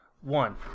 one